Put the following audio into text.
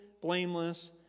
blameless